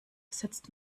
setzt